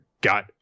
got